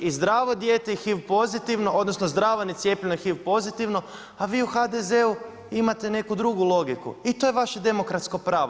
I zdravo dijete i HIV pozitivno, odnosno, zdravo necijepljeno i HIV pozitivno, a vi u HDZ-u imate neku drugu logiku i to je vaše demokratsko pravo.